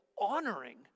honoring